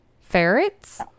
Ferrets